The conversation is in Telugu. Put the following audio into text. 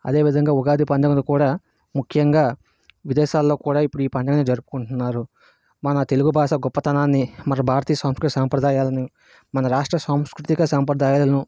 అదేవిధంగా ఉగాది పండుగను కూడా ముఖ్యంగా విదేశాల్లో కూడా ఇప్పుడు ఈ పండుగను జరుపుకుంటున్నారు మన తెలుగు భాష గొప్పతనాన్ని మన భారతీయ సంస్కృతి సాంప్రదాయాల్ని మన రాష్ట్ర సంస్కృతిక సాంప్రదాయాలను